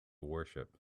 worship